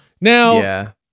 Now